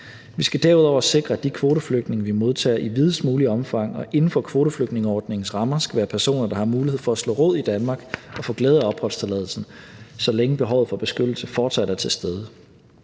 Vi skal derudover sikre, at de kvoteflygtninge, vi modtager, i videst muligt omfang og inden for kvoteflygtningeordningens rammer skal være personer, der har mulighed for at slå rod i Danmark og få glæde af opholdstilladelsen, så længe behovet for beskyttelse fortsat er til stede.